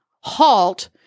halt